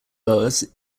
boas